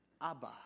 Abba